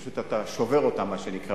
פשוט אתה שובר אותה באמצע,